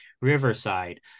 Riverside